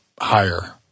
higher